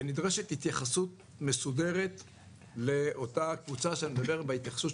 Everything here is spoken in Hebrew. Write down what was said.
ונדרשת התייחסות מסודרת לאותה קבוצה שאני מדבר עליה,